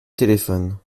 téléphone